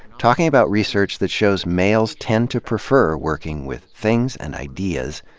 talking about research that shows males tend to prefer working with things and ideas,